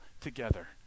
together